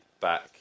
back